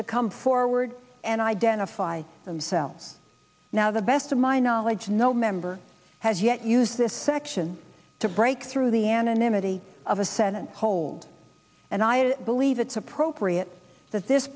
to come forward and identify themselves now the best of my knowledge no member has yet use this section to break through the anonymity of a senate hold and i believe it's appropriate that this